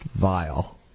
vile